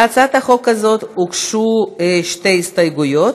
להצעת החוק הזאת הוגשו שתי הסתייגויות.